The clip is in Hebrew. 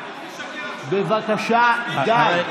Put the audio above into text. בבקשה, די.